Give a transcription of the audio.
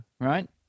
Right